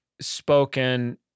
spoken